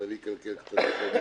אז אני אקלקל קצת בכל מקרה.